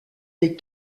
des